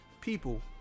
people